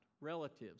relatives